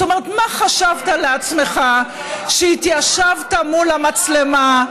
זאת אומרת, מה חשבת לעצמך כשהתיישבת מול המצלמה,